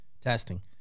testing